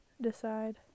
decide